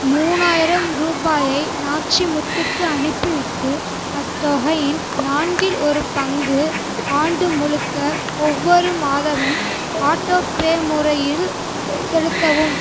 மூணாயிரம் ரூபாயை நாச்சிமுத்துக்கு அனுப்பிவிட்டு அத்தொகையின் நான்கில் ஒரு பங்கு ஆண்டு முழுக்க ஒவ்வொரு மாதமும் ஆட்டோபே முறையில் செலுத்தவும்